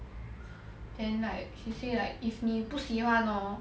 and like she say like if 你不喜欢 hor